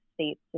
states